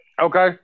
Okay